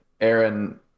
Aaron